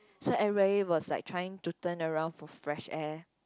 so everybody was trying to turn around for fresh air